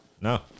No